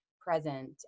present